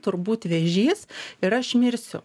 turbūt vėžys ir aš mirsiu